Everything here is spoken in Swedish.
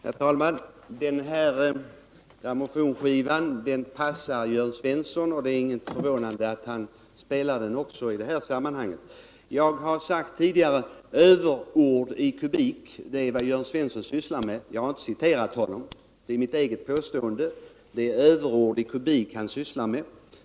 Herr talman! Den här grammofonskivan passar Jörn Svensson, och det är inte förvånande att han spelar den också i detta sammanhang. Jag har tidigare kallat Jörn Svenssons påståenden för överord i kubik; jag har då inte citerat honom, utan det är mitt eget påstående. Det Jörn Svensson sysslar med är överord i kubik.